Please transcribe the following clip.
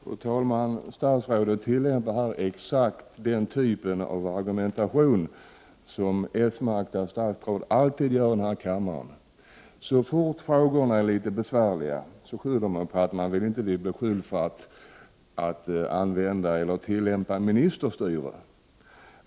Fru talman! Statsrådet tillämpar här exakt den typ av argumentation som s-märkta statsråd alltid gör här i kammaren. Så fort frågorna blir litet besvärliga skyller de på att de inte vill bli beskyllda för att tillämpa ministerstyre.